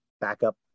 backup